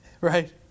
Right